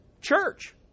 church